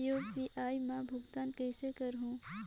UPI मा भुगतान कइसे करहूं?